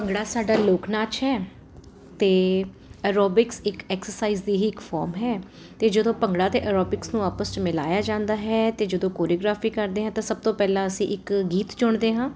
ਭੰਗੜਾ ਸਾਡਾ ਲੋਕ ਨਾਚ ਹੈ ਅਤੇ ਐਰੋਬਿਕਸ ਇੱਕ ਐਕਸਰਸਾਈਜ਼ ਦੀ ਹੀ ਇੱਕ ਫੋਰਮ ਹੈ ਅਤੇ ਜਦੋਂ ਭੰਗੜਾ 'ਤੇ ਆਰੋਬਿਕਸ ਨੂੰ ਆਪਸ 'ਚ ਮਿਲਾਇਆ ਜਾਂਦਾ ਹੈ ਅਤੇ ਜਦੋਂ ਕੋਰਿਓਗ੍ਰਾਫੀ ਕਰਦੇ ਹਾਂ ਤਾਂ ਸਭ ਤੋਂ ਪਹਿਲਾਂ ਅਸੀਂ ਇੱਕ ਗੀਤ ਚੁਣਦੇ ਹਾਂ